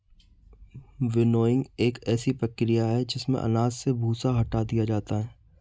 winnowing एक ऐसी प्रक्रिया है जिसमें अनाज से भूसा हटा दिया जाता है